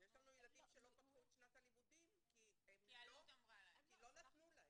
יש לנו ילדים שלא פתחו את שנת הלימודים כי הם לא נתנו להם.